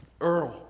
Earl